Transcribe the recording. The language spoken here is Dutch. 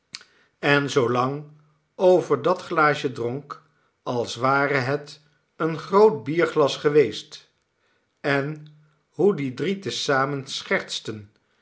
en zoolang over dat glaasje dronk als ware het een groot bierglas geweest enhoediedrie te zamen schertsten